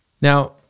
Now